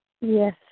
Yes